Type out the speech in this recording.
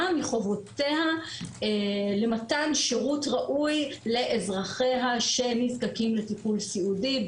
מחובותיה למתן שירות ראוי לאזרחיה שנזקקים לטיפול סיעודי,